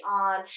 on